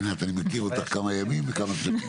עינת, אני מכיר אותך כמה ימים וכמה שנים.